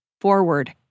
forward